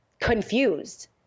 confused